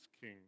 king